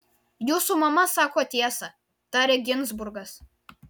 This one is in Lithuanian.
jūsų mama sako tiesą tarė ginzburgas